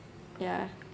ya